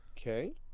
okay